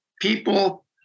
people